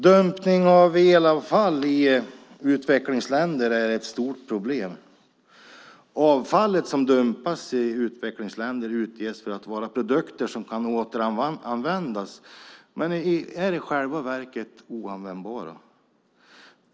Dumpning av elavfall i utvecklingsländer är ett stort problem. Avfallet som dumpas i utvecklingsländer utges för att vara produkter som kan återanvändas. Men de är i själva verket oanvändbara.